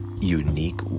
unique